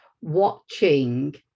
watching